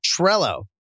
Trello